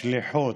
בשליחות.